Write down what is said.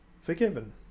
forgiven